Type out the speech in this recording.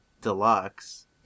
Deluxe